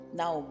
now